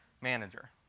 manager